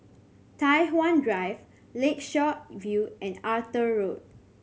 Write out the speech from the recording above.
Tai Hwan Drive Lakeshore View and Arthur Road